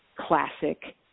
classic